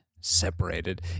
Separated